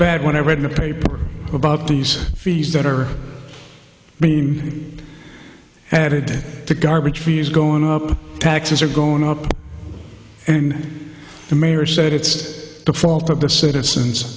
bad when i read the paper a bug these fees that are being added to the garbage fees going up taxes are going up and the mayor said it's the fault of the citizens